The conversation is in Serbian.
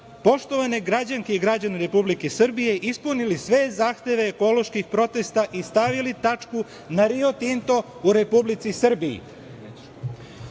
poštovane građanke i građani Republike Srbije, ispunili sve zahteve ekoloških protesta i stavili tačku na Rio Tinto u Republici